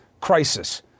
crisis